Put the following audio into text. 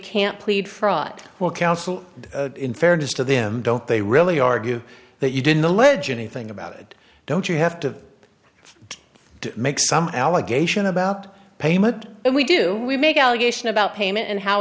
can't plead fraud or counsel in fairness to them don't they really argue that you didn't know legit anything about it don't you have to to make some allegation about payment we do we make allegation about payment and how